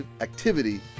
activity